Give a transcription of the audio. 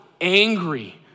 angry